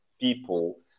people